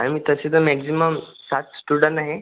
आम्ही तसे तर मॅक्जिमम सात स्टुडन आहे